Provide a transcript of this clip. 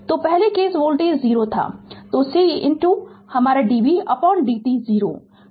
तो पहले case voltage 0 था तो C हमारा dv dt 0